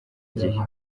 gihe